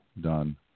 done